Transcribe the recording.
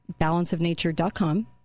balanceofnature.com